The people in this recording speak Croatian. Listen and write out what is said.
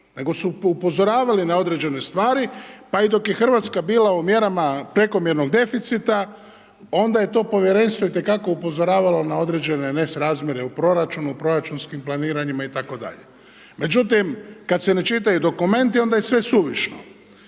Nego su upozoravali na određene stvari pa i dok je Hrvatska bila u mjerama prekomjernog deficita onda je to Povjerenstvo itekako upozoravalo na određene nesrazmjere u proračunu, proračunskim planiranjima itd. Međutim, kada se ne čitaju dokumenti onda je sve suvišno.